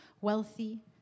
wealthy